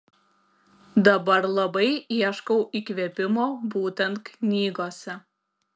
dabar labai ieškau įkvėpimo būtent knygose